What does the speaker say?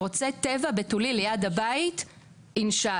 אני רוצה טבע בתולי ליד הבית, אינשאללה".